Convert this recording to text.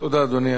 תודה, אדוני.